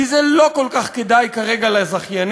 כי זה לא כל כך כדאי כרגע לזכיינים,